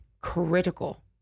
critical